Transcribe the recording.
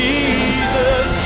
Jesus